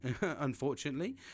Unfortunately